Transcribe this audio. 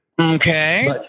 Okay